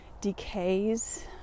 decays